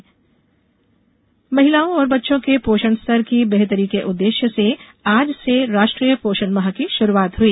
पोषण अभियान महिलाओं और बच्चों के पोषण स्तर की बेहतरी के उद्देश्य से आज से राष्ट्रीय पोषण माह की शुरूआत हुई